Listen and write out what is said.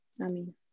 Amen